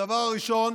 הדבר הראשון,